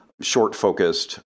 short-focused